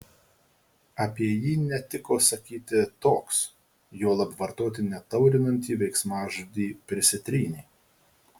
apie jį netiko sakyti toks juolab vartoti netaurinantį veiksmažodį prisitrynė